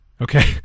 Okay